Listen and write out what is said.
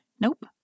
nope